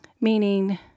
Meaning